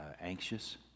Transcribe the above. anxious